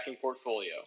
portfolio